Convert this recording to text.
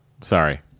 sorry